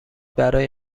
برای